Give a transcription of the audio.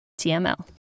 TML